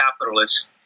capitalists